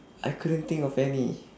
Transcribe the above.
I couldn't think of any